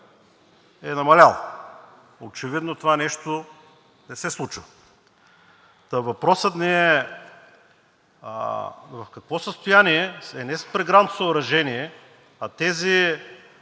е намалял. Очевидно това нещо не се случва. Та въпросът ни е: в какво състояние е не преградното съоръжение, а тези